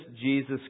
Jesus